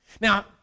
Now